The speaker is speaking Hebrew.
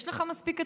יש לך מספיק אצבעות.